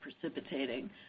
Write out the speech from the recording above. precipitating